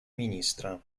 министра